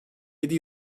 yedi